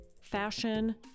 fashion